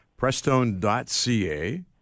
Prestone.ca